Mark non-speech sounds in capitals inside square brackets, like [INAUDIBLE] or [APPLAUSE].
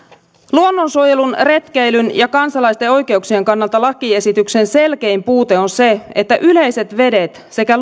luonnonsuojelun retkeilyn ja kansalaisten oikeuksien kannalta lakiesityksen selkein puute on se että yleiset vedet sekä [UNINTELLIGIBLE]